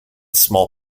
small